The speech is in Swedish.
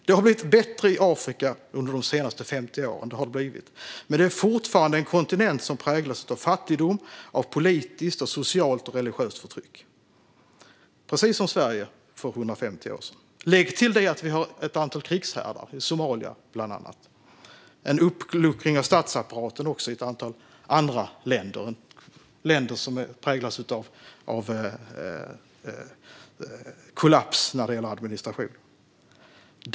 Det har blivit bättre i Afrika under de senaste 50 åren, men det är fortfarande en kontinent som präglas av fattigdom samt av politiskt, socialt och religiöst förtryck - precis som Sverige för 150 år sedan. Lägg till att där finns ett antal krigshärdar, bland annat i Somalia, och en uppluckring av statsapparaten i ett antal andra länder som präglas av kollaps i administrationen.